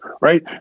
right